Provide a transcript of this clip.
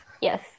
Yes